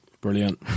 Brilliant